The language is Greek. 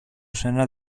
σένα